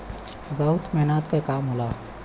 बहुत मेहनत के काम होला